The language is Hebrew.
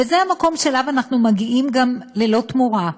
זה המקום שאליו אנחנו מגיעים גם ללא תמורה,